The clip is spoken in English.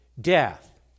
death